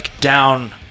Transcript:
down